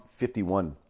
51